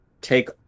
take